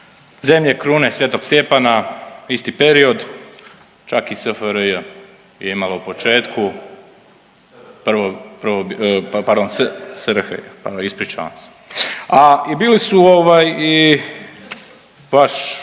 Zemlje Krune Sv. Stjepana isti period čak i SFRJ je ima u početku, prvo, pardon SRH je, evo ispričavam se. A i bili su ovaj i vaš